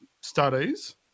studies